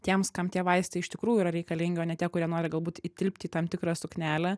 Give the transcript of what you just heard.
tiems kam tie vaistai iš tikrųjų yra reikalingi o ne tie kurie nori galbūt įtilpti į tam tikrą suknelę